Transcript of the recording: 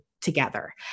together